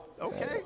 Okay